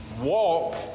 walk